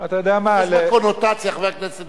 יש לזה קונוטציה, חבר הכנסת.